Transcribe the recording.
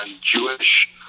Jewish